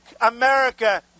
America